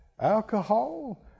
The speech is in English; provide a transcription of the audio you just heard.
alcohol